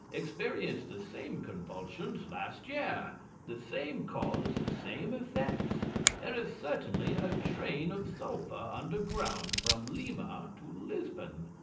experienced the same convulsions last year the same cause, the same effects there is certainly a train of sulphur under ground from lima to lisbon.